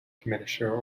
commissioner